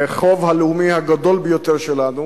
והחוב הלאומי הגדול ביותר שלנו